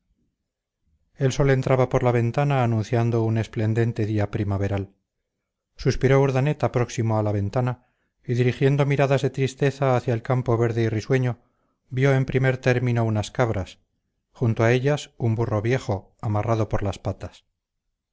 el sol entraba por la ventana anunciando un esplendente día primaveral suspiró urdaneta próximo a la ventana y dirigiendo miradas de tristeza hacia el campo verde y risueño vio en primer término unas cabras junto a ellas un burro viejo amarrado por las patas